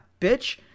bitch